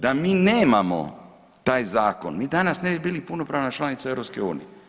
Da mi nemamo taj zakon mi danas ne bi bili punopravna članica EU.